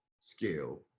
scale